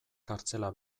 kartzela